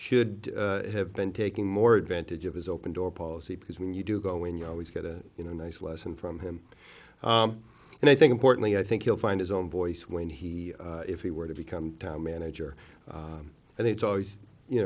should have been taking more advantage of his open door policy because when you do go in you always get a you know nice lesson from him and i think importantly i think you'll find his own voice when he if he were to become time manager and it's always you